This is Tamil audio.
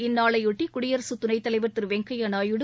இந்நாளையொட்டி குடியரசு துணைத் தலைவர் திரு வெங்கய்ய நாயுடு